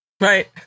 Right